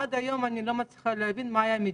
עד היום אני לא מצליחה להבין מהי המדיניות.